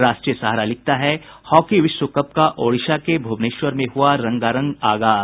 राष्ट्रीय सहारा लिखता है हॉकी विश्व कप का ओडिशा के भुवनेश्वर में हुआ रंगारंग आगाज